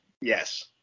Yes